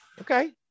Okay